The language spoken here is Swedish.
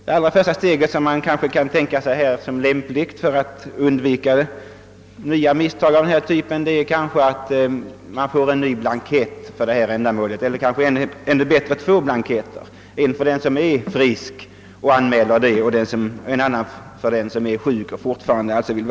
Det allra första steget för att undvika nya misstag av denna typ vore kanske att införa en ny blankett för detta ändamål, eller kanske ännu hellre två blanketter, en för dem som vill friskskriva sig och en annan för den som vill anmäla att han fortfarande är sjuk.